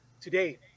Today